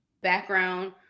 background